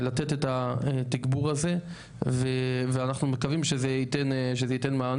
לתת את התגבור הזה ואנחנו מקווים שזה ייתן מענה.